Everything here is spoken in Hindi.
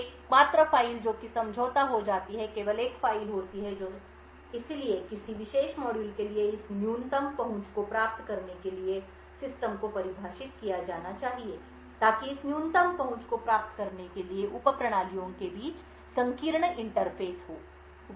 एकमात्र फ़ाइल जो कि समझौता हो जाती है केवल एक फ़ाइल होती है जो समझौता हो जाती है इसलिए किसी विशेष मॉड्यूल के लिए इस न्यूनतम पहुंच को प्राप्त करने के लिए सिस्टम को परिभाषित किया जाना चाहिए ताकि इस न्यूनतम पहुंच को प्राप्त करने के लिए उप प्रणालियों के बीच संकीर्ण इंटरफेस हों